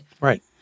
right